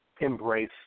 embrace